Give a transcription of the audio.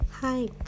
hi